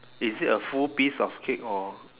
is it a full piece of cake or